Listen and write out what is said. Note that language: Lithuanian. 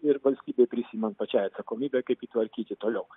ir valstybei prisiimant pačiai atsakomybę kaip jį tvarkyti toliau